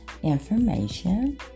information